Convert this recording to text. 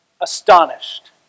astonished